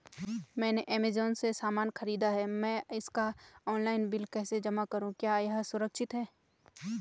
मैंने ऐमज़ान से सामान खरीदा है मैं इसका ऑनलाइन बिल कैसे जमा करूँ क्या यह सुरक्षित है?